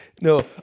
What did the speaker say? No